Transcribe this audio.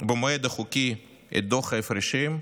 במועד החוקי את דוח ההפרשים,